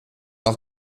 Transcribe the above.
auch